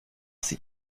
sie